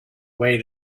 way